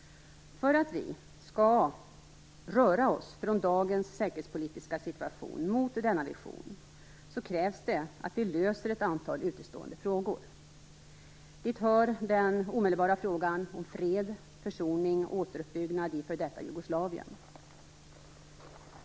För att vi skall röra oss från dagens säkerhetspolitiska situation mot denna vision krävs att vi löser ett antal utestående frågor. Dit hör den omedelbara frågan om fred, försoning och återuppbyggnad i f.d. Jugoslavien.